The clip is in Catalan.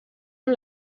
amb